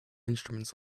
instruments